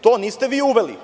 To niste vi uveli.